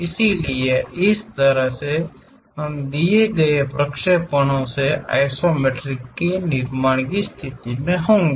इसलिए इस तरह से हम दिए गए प्रक्षेपणों के आइसोमेट्रिक के निर्माण की स्थिति में होंगे